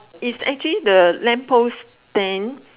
it's actually the lamp post bend